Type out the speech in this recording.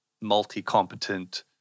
multi-competent